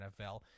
NFL